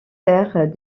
terres